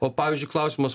o pavyzdžiui klausimas